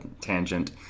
tangent